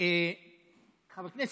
לכבוד הוא לי,